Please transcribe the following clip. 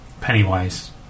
Pennywise